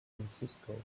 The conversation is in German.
francisco